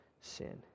sin